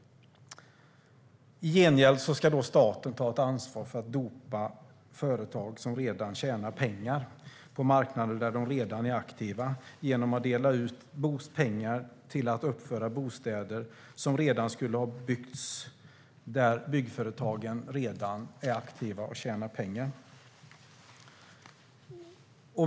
I gengäld ska staten ta ett ansvar för att dopa företag som redan tjänar pengar på marknader där de redan är aktiva, genom att dela ut pengar till att uppföra bostäder som redan skulle ha byggts.